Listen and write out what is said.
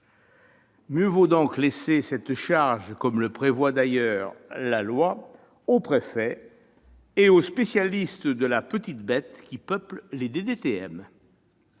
Mieux vaut donc laisser cette charge, comme le prévoit d'ailleurs la loi, au préfet et aux spécialistes de la « petite bête », qui peuplent les